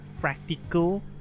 Practical